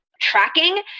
tracking